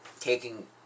Taking